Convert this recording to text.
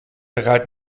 eruit